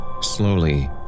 Slowly